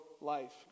life